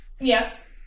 Yes